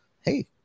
hey